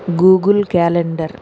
Google calendar